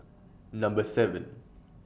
Number seven